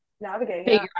Navigate